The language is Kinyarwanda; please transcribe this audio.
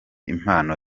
impano